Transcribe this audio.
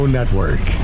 Network